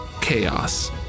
chaos